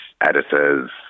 editors